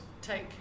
take